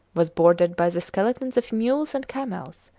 was bordered by the skeletons of mules and camels,